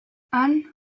han